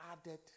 added